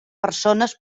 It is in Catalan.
persones